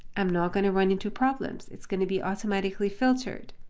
i'm not going to run into problems. it's going to be automatically filtered.